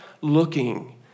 looking